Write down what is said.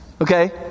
Okay